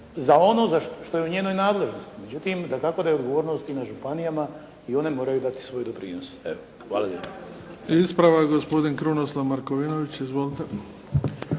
za ono za što je u njenoj nadležnosti. Međutim dakako da je odgovornost na županijama i one moraju dati svoj doprinos. Evo. Hvala lijepa. **Bebić, Luka (HDZ)** I ispravak gospodin Krunoslav Markovinović. Izvolite.